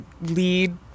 lead